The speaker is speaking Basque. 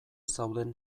zauden